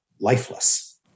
lifeless